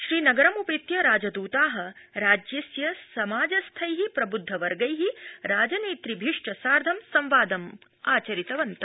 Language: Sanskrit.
श्रीनगरमुपेत्य राजदृता राज्यस्य समाजस्थै प्रब्द्ध वर्गे राजनेतभिश्च सार्धं संवादमाचरितवन्त